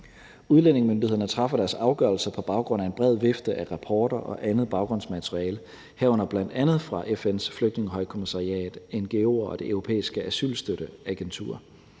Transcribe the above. Udlændingemyndighederne træffer deres afgørelser på baggrund af en bred vifte af rapporter og andet baggrundsmateriale, herunder bl.a. fra FN's Flygtningehøjkommissariat, ngo'er og Det Europæiske Asylstøttekontor,